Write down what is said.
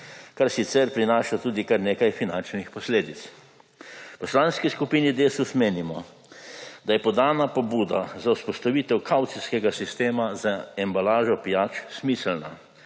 kar sicer prinaša tudi kar nekaj finančnih posledic. V Poslanski skupini Desus menimo, da je podana pobuda za vzpostavitev kavcijskega sistema za embalažo pijač smiselna.